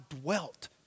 dwelt